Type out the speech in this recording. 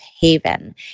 haven